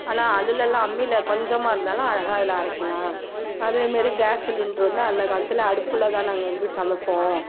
ஆனால் அதிலலாம் அம்மியில் கொஞ்சமாக இருந்தாலும் அழகாக அதில் அரைக்கலாம் அதேமாரி கேஸ் சிலிண்டர் வந்து அந்த காலத்தில் அடுப்பில்தான் நாங்கள் வந்து சமைப்போம்